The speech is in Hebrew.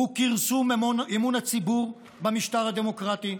הוא כרסום באמון הציבור במשטר הדמוקרטי,